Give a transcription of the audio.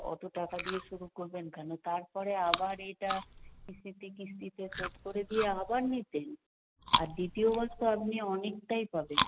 অত টাকা দিয়ে শুরু করবেন কেন তারপরে আবার এটা কিস্তিতে কিস্তিতে শোধ করে দিয়ে আবার নিতেন আর দ্বিতীয়বার তো আপনি অনেকটাই পাবেন